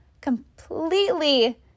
completely